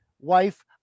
wife